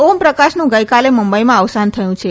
ઓમ પ્રકાશનું ગઈકાલે મુંબઈમાં અવસાન થયું છે